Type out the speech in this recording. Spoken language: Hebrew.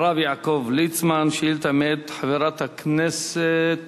הרב יעקב ליצמן, מאת חברת הכנסת